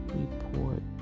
report